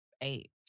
eight